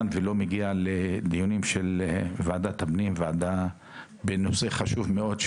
ולא מגיע לדיונים של ועדת הפנים בנושא חשוב מאוד,